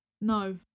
No